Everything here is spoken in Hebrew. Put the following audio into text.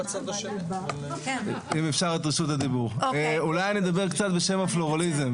אולי נדבר קצת בשם הפלורליזם,